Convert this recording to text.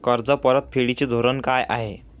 कर्ज परतफेडीचे धोरण काय आहे?